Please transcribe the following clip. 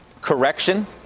correction